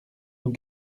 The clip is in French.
nous